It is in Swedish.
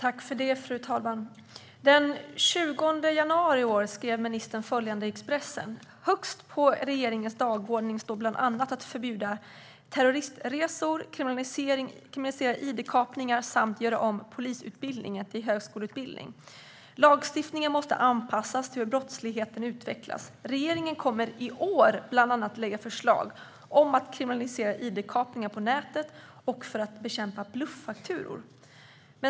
Fru talman! Den 20 januari i år skrev ministern följande i Expressen: "Högst på regeringens dagordning står bland annat att förbjuda terroristresor, kriminalisera id-kapningar, samt göra om polisutbildningen till högskoleutbildning. - Lagstiftningen måste anpassas till hur brottsligheten utvecklas. Regeringen kommer i år bland annat att lägga förslag för att kriminalisera id-kapningar på nätet och för att bekämpa bluffakturor."